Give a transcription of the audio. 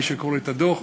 מי שקורא את הדוח,